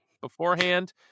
beforehand